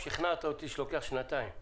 תשכנע אותי שלא יהיה ניצול של הסעיף הזה לרעה.